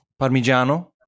Parmigiano